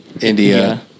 India